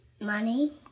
Money